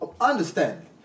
Understanding